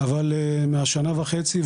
אבל מהשנה וחצי,